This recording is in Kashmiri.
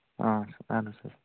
اَہن حظ سَر